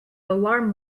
alarm